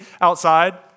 outside